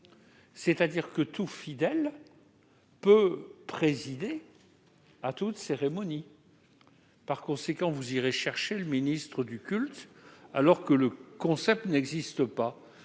c'est-à-dire que tout fidèle peut présider toute cérémonie. Par conséquent, vous irez chercher le ministre du culte alors que le concept n'existe pas